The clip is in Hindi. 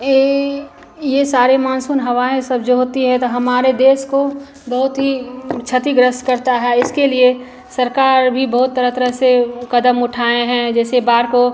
ए यह सारे मानसून हवाएँ सब जो होती हैं तो हमारे देश को बहुत ही क्षतिग्रस्त करती हैं इसके लिए सरकार भी बहुत तरह तरह से कदम उठाए हैं जैसे बाढ़ को